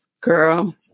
Girl